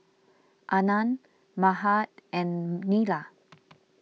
Anand Mahade and Neila